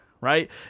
right